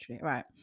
Right